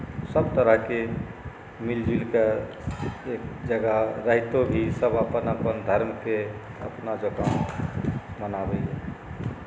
सब तरहके मिलजुलि कऽ एक जगह रहितो भी सभ अपन अपन धर्मकेँ अपना जकाँ मनाबैए